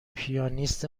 پیانیست